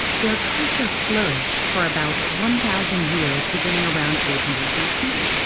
their culture flourished for about one thousand years beginning around eight hundred bc.